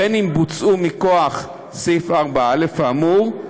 בין שבוצעו מכוח סעיף 4א האמור,